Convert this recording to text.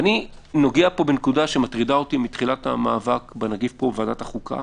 אני נוגע פה בנקודה שמטרידה אותי מתחילת המאבק בנגיף פה בוועדת החוקה,